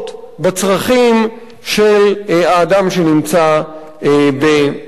בצרכים של האדם שנמצא במעצר?